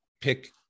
pick